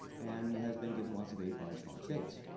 and has been given lots of aid by strong states.